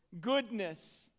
Goodness